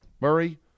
Murray